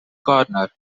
corner